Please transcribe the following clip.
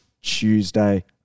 tuesday